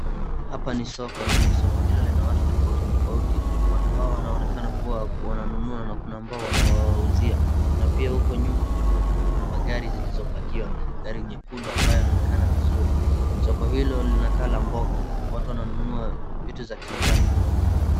Hapa ni soko, na soko hilo lina watu tofauti tofauti. Watu hao wanaonekana kuwa wananunua na kuna ambao wanawauzia. Na pia huko nyuma kuna, kuna magari zilizo pakiwa, gari nyekundu ambayo inaonekana vizuri. Soko hilo linakaa la mboga, watu wananunua vitu za kijani.